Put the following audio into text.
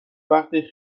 وقتی